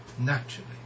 naturally